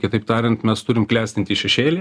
kitaip tariant mes turim klestintį šešėlį